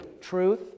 truth